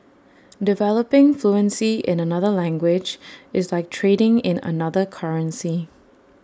developing fluency in another language is like trading in another currency